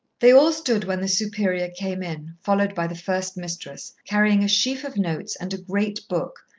they all stood when the superior came in, followed by the first mistress, carrying a sheaf of notes and a great book,